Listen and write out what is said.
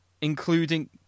including